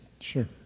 Sure